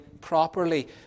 properly